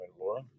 Laura